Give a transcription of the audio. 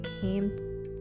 came